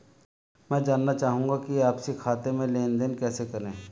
मैं जानना चाहूँगा कि आपसी खाते में लेनदेन कैसे करें?